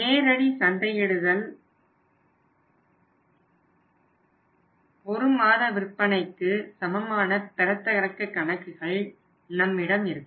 நேரடி சந்தையிடுதலில் 1 மாத விற்பனைக்கு சமமான பெறத்தக்க கணக்குகள் நம்மிடம் இருக்கும்